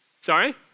Sorry